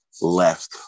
Left